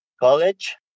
college